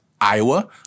Iowa